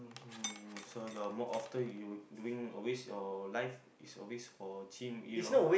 um so you're more often you doing always your life is always for gym you know